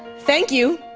thank you,